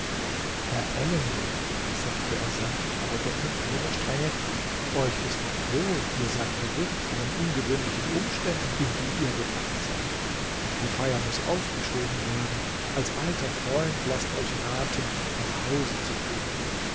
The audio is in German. herr ellenwood sagte er sanft aber doch mit einiger strenge euch ist nicht wohl ihr seid verwirrt von den ungewöhnlichen umständen in die ihr gebracht seid die feier muß aufgeschoben werden als alter freund laßt euch raten nach hause zu gehen